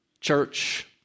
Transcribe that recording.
Church